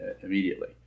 immediately